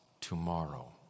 tomorrow